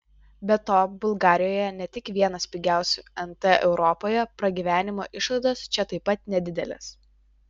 be to bulgarijoje ne tik vienas pigiausių nt europoje pragyvenimo išlaidos čia taip pat nedidelės